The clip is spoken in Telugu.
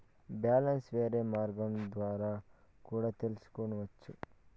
బ్యాలెన్స్ వేరే మార్గం ద్వారా కూడా తెలుసుకొనొచ్చా?